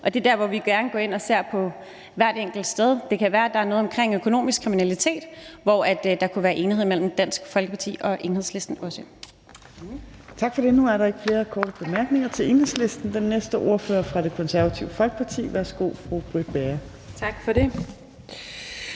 Og det er der, hvor vi gerne går ind og ser på hvert enkelt sted. Det kan være, der er noget omkring økonomisk kriminalitet, hvor der også kunne være enighed imellem Dansk Folkeparti og Enhedslisten. Kl. 18:39 Tredje næstformand (Trine Torp): Tak for det. Nu er der ikke flere korte bemærkninger til Enhedslistens ordfører. Den næste ordfører er fra Det Konservative Folkeparti. Værsgo til fru Britt Bager.